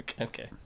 okay